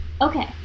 okay